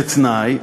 זה תנאי.